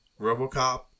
Robocop